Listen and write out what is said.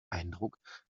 eindruck